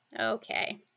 Okay